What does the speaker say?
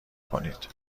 کنید